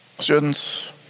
students